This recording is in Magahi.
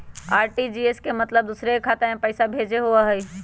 आर.टी.जी.एस के मतलब दूसरे के खाता में पईसा भेजे होअ हई?